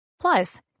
Plus